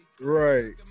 Right